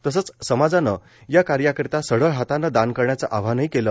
तसंच समाजानं या कार्याकरिता सढळ हातानं दान करण्याचं आवाहनही केलं